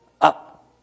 up